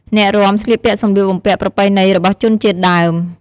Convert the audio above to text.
អ្នករាំស្លៀកពាក់សម្លៀកបំពាក់ប្រពៃណីរបស់ជនជាតិដើម។